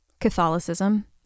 Catholicism